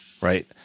right